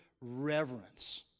reverence